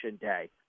day